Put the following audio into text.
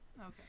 Okay